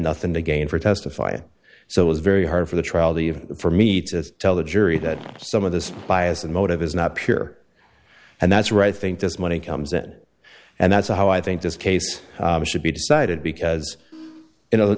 nothing to gain for testifying so it's very hard for the trial the of for me to tell the jury that some of this bias and motive is not pure and that's right i think this money comes in and that's how i think this case should be decided because you know